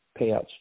payouts